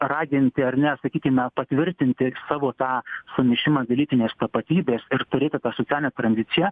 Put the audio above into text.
raginti ar ne sakykime patvirtinti savo tą sumišimą dė lytinės tapatybės ir turėti tą socialinę tranziciją